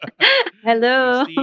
hello